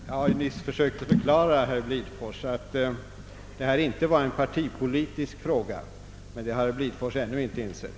Herr talman! Jag har nyss försökt förklara, herr Blidfors, att detta inte är en partipolitisk fråga, men det har herr Blidfors ännu inte insett.